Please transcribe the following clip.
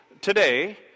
today